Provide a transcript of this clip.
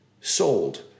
sold